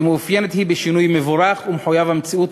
שמתאפיינת בשינוי מבורך ומחויב המציאות,